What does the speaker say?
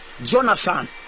Jonathan